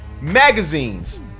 magazines